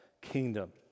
kingdom